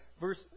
Verse